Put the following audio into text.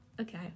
Okay